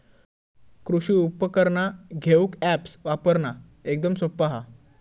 कृषि उपकरणा घेऊक अॅप्स वापरना एकदम सोप्पा हा